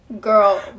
Girl